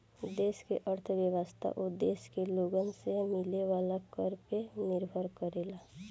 देश के अर्थव्यवस्था ओ देश के लोगन से मिले वाला कर पे निर्भर करेला